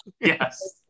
Yes